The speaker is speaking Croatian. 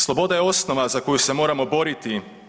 Sloboda je osnova za koju se moramo boriti.